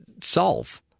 solve